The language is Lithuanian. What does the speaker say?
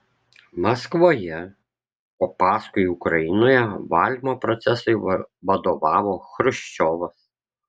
maskvoje o paskui ukrainoje valymo procesui vadovavo chruščiovas